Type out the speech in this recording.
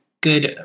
Good